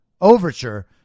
overture